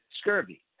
scurvy